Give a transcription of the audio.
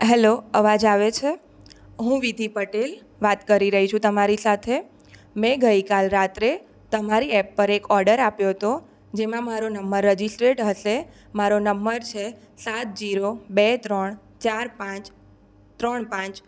hello અવાજ આવે છે હું વિધિ પટેલ વાત કરી રહી છું તમારી સાથે મેં ગઈકાલે રાત્રે તમારી ઍપ પર એક ઓર્ડર આપ્યો હતો જેમાં મારો નમ્બર રેજીસ્ટ્રેટ હશે મારો નમ્બર છે સાત જિરો બે ત્રણ ચાર પાંચ ત્રણ પાંચ